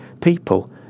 people